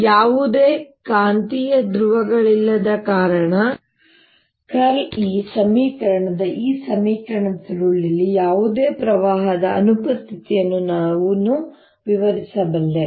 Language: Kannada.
ಯಾವುದೇ ಕಾಂತೀಯ ಧ್ರುವಗಳಿಲ್ಲದ ಕಾರಣ ▽× E ಸಮೀಕರಣದ ಈ ಸಮೀಕರಣದ ಸುರುಳಿಯಲ್ಲಿ ಯಾವುದೇ ಪ್ರವಾಹದ ಅನುಪಸ್ಥಿತಿಯನ್ನು ನಾನು ವಿವರಿಸಬಲ್ಲೆ